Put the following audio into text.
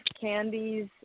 candies